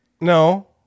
no